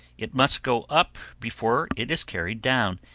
it must go up before it is carried down,